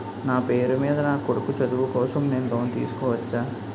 నా పేరు మీద నా కొడుకు చదువు కోసం నేను లోన్ తీసుకోవచ్చా?